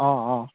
অঁ অঁ